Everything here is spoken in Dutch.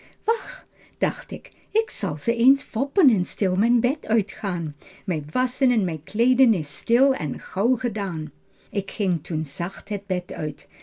wacht dacht ik k zal ze eens foppen en stil mijn bed uitgaan mij wasschen en mij kleeden is stil en gauw gedaan ik ging toen zacht het bed uit